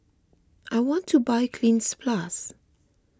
I want to buy Cleanz Plus